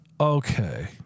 okay